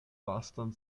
vastan